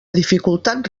dificultat